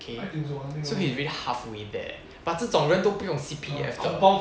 okay so he is already halfway there but 这种人都不用 C_P_F 的